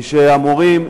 הוא שהמורים,